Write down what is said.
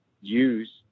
use